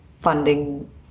funding